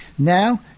Now